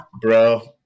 bro